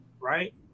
right